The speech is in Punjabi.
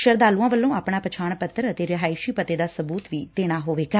ਸ਼ਰਧਾਲੁਆਂ ਵੱਲੋ ਆਪਣਾ ਪਛਾਣ ਪੱਤਰ ਅਤੇ ਰਿਹਾਇਸ਼ੀ ਪਤੇ ਦਾ ਸਬੁਤ ਦੇਣਾ ਵੀ ਜ਼ਰਰੀ ਹੋਵੇਗਾ